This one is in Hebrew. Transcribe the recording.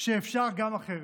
שאפשר גם אחרת.